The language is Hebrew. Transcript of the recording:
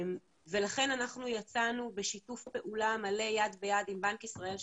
ולכן אנחנו יצאנו בשיתוף פעולה מלא יד ביד עם בנק ישראל,